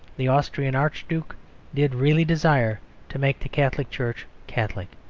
the austrian archduke did really desire to make the catholic church catholic.